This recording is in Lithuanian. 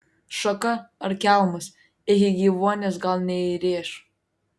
šaka ar kelmas iki gyvuonies gal neįrėš